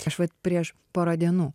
aš vat prieš porą dienų